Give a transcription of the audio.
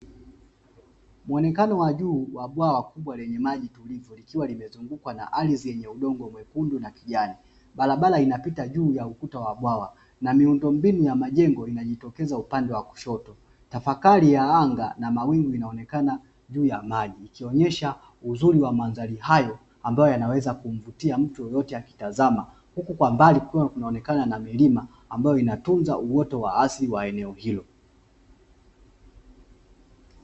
Muonekano wa juu wa bwawa kubwa lenye maji tulivu likiwa limezungukwa na ardhi yenye udongo mwekundu na kijani, barabara inapita juu ya ukuta wa bwawa na miundombinu ya majengo inajitokeza upande wa kushoto tafakari ya anga na mawingu inaonekana juu ya maji ikionyesha uzuri wa mandhari hayo, ambayo yanaweza kumvutia mtu yeyote akitazama huku kwa mbali kukiwa kunaonekana milima ambayo inatunza uoto wa asili wa eneo hilo.